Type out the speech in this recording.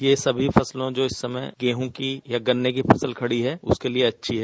यह सभी फसलों जो इस समय गेहूं की या गन्ने की फसल खड़ी है उसके लिए अच्छी है